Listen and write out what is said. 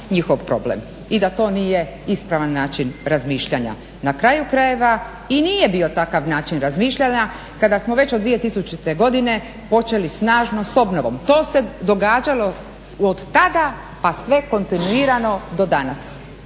i da to nije ispravan način razmišljanja. Na kraju krajeva i nije bio takav način razmišljanja. Kada smo već od 2000.godine počeli snažno s obnovom, to se događalo od tada pa sve kontinuirano do danas.